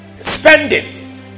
Spending